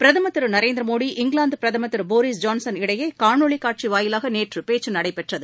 பிரதம் திரு நரேந்திர மோடி இங்கிலாந்து பிரதம் Thiru Boris Johnson இடையே காணொலி காட்சி வாயிலாக நேற்று பேச்சு நடைபெற்றது